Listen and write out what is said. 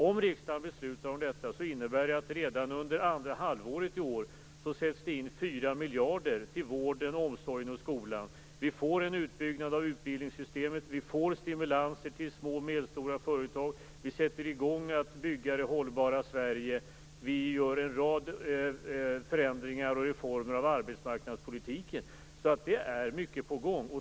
Om riksdagen fattar beslut om detta, innebär det att det redan under andra halvåret i år sätts in 4 miljarder kronor i vården, omsorgen och skolan. Vi får en utbyggnad av utbildningssystemet. Vi får stimulanser till små och medelstora företag. Vi sätter i gång att bygga det hållbara Sverige. Vi gör en rad förändringar och reformer inom arbetsmarknadspolitiken. Det är alltså mycket på gång.